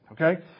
okay